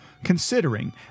Considering